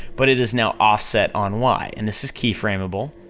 but it is now offset on y, and this is keyframable,